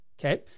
Okay